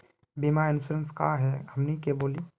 बीमा इंश्योरेंस का है हमनी के बोली?